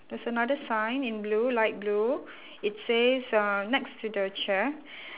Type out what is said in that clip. there's another sign in blue light blue it says uh next to the chair